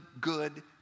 good